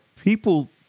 people